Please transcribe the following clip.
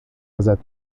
ازت